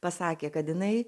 pasakė kad jinai